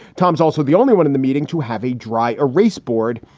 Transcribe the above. tom's also the only one in the meeting to have a dry erase board.